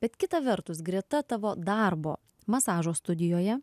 bet kita vertus greta tavo darbo masažo studijoje